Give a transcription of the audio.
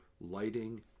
lighting